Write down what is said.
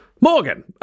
Morgan